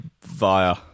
via